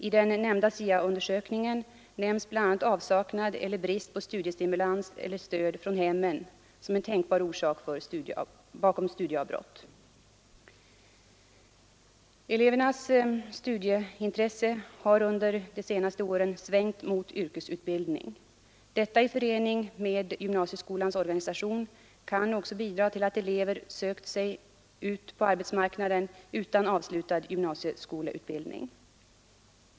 I den nämnda SIA-undersökningen nämns bl.a. avsaknad eller brist på studiestimulans eller stöd från hemmen som en tänkbar orsak bakom studieavbrott. Elevernas studieintresse har under de senaste åren svängt mot yrkesutbildning. Detta i förening med gymnasieskolans organisation kan också bidra till att elever söker sig ut på arbetsmarknaden utan avslutad gymnasieskolutbildning.